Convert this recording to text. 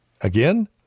again